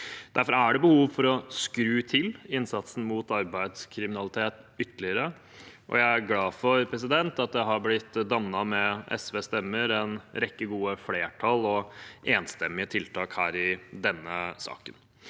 Derfor er det behov for å skru til innsatsen mot arbeidskriminalitet ytterligere, og jeg er glad for at det har blitt dannet, med SVs stemmer, en rekke gode flertall og enstemmige tiltak i denne saken.